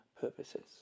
purposes